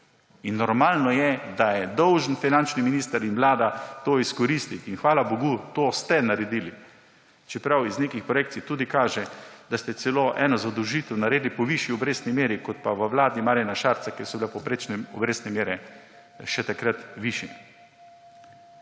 in normalno je, da je dolžan finančni minister in vlada to izkoristiti. Hvala bogu, to ste naredili, čeprav iz nekih projekcij tudi kaže, da ste celo eno zadolžitev naredili po višji obrestni meri, kot je bila v času vlade Marjana Šarca, kjer so bile povprečne obrestne mere še takrat višje.